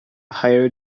higher